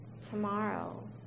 tomorrow